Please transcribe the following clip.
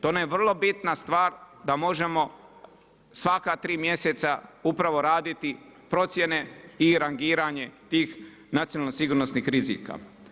To nam je vrlo bitna stvar da možemo svaka 3 mjeseca upravo raditi procjene i rangiranje tih nacionalno sigurnosnih rizika.